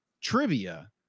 trivia